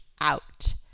out